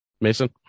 Mason